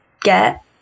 get